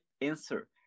answer